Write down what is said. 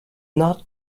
not